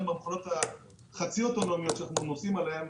מתנהלות המכוניות החצי אוטונומיות שאתם נוסעים בהן.